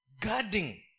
guarding